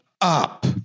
Up